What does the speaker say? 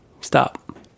Stop